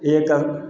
एक